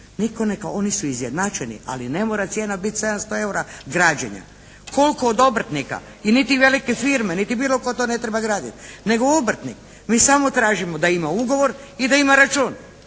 nitko neka, oni su izjednačeni. Ali ne mora cijena bit 700 eura građenja. Koliko od obrtnika? I niti velike firme, niti bilo tko to ne treba gradit. Nego obrtnik. Mi samo tražimo da ima ugovor i da ima račun.